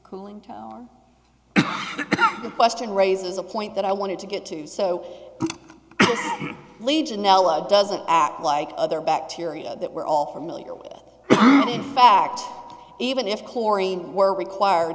cooling tower the question raises a point that i wanted to get to so legionella doesn't act like other bacteria that we're all familiar with in fact even if chlorine were required